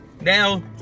Now